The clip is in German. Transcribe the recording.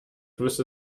müsste